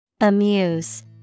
Amuse